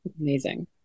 amazing